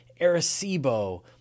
arecibo